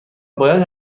باید